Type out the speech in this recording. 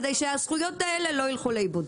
כדי שהזכויות האלה לא יילכו לאיבוד.